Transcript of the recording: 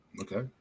okay